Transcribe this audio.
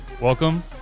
Welcome